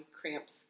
cramps